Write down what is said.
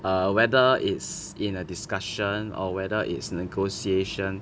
err whether it's in a discussion or whether is negotiation